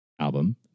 album